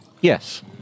Yes